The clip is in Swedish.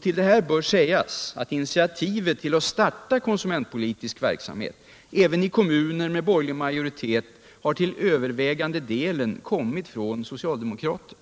Till detta bör sägas att även i kommuner med borgerlig majoritet har initiativet till att starta konsumentpolitisk verksamhet till övervägande delen kommit från socialdemokrater.